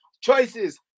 choices